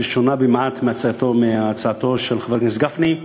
היא שונה מעט מהצעתו של חבר הכנסת גפני,